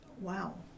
wow